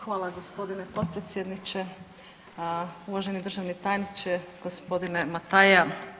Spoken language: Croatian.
Hvala gospodine potpredsjedniče, uvaženi državni tajniče, gospodine Mataja.